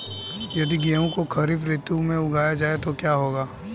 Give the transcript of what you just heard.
यदि गेहूँ को खरीफ ऋतु में उगाया जाए तो क्या होगा?